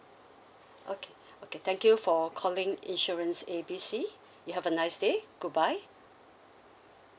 okay okay thank you for calling insurance A B C you have a nice day good bye